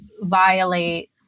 violate